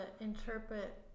interpret